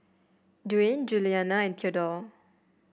Duane Julianna and Theadore